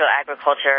agriculture